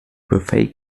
buffet